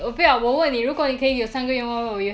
明知道不可能的东西